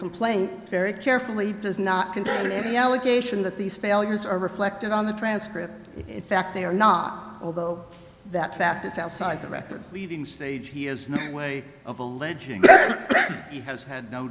complaint very carefully does not contain any allegation that these failures are reflected on the transcript if fact they are not although that fact is outside the record leaving stage he has no way of alleging he has had no